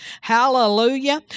Hallelujah